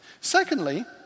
Secondly